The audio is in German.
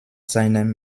seinem